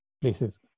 places